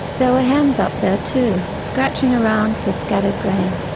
there were hens up there, too, scratching around for scattered grain.